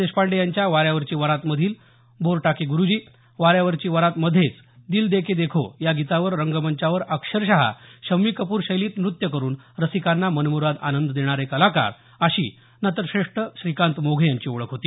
देशपांडे यांच्या वाऱ्यावरची वरातमधील बोरटाके गुरुजी वाऱ्यावरची वरातमध्येच दिल देके देखो या गीतावर रंगमंचावर अक्षरश शम्मी कपूर शैलीत नृत्य करून रसिकांना मनमुराद आनंद देणारे कलाकार अशी नटश्रेष्ठ श्रीकांत मोघे यांची ओळख होती